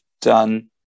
done